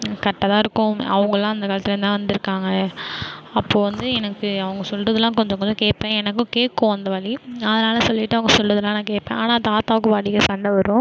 கரெக்டாக தான் இருக்கும் அவங்களாம் அந்த காலத்திலேந்து தான் வந்திருக்காங்க அப்போது வந்து எனக்கு அவங்க சொல்றதுலாம் கொஞ்சம் கொஞ்சம் கேட்பேன் எனக்கும் கேட்கும் அந்த வலி அதனால் சொல்லிட்டு அவங்க சொல்றதலாம் நான் கேட்பேன் ஆனால் தாத்தாவுக்கும் பாட்டிக்கும் சண்டை வரும்